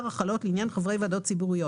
החלות לעניין חברי ועדות ציבוריות.